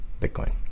Bitcoin